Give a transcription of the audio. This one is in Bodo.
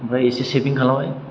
ओमफ्राय इसे सेबिं खालामबाय